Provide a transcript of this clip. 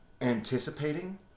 anticipating